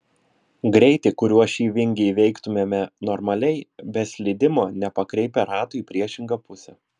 greitį kuriuo šį vingį įveiktumėme normaliai be slydimo nepakreipę ratų į priešingą pusę